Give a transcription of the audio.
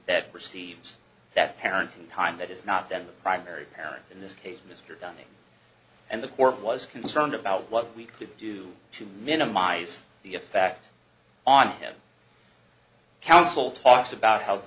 that receives that parenting time that is not then the primary parent in this case mr dunning and the court was concerned about what we could do to minimize the effect on him counsel talks about how